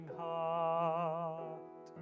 heart